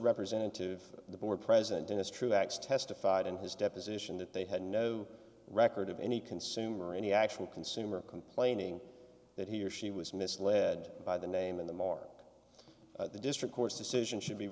representative the board president dennis truax testified in his deposition that they had no record of any consumer any actual consumer complaining that he or she was misled by the name and the more the district court's decision should be